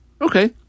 Okay